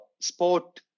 sport